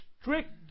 Strict